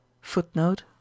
Footnote